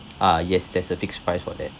ah yes there's a fixed price for that